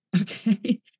Okay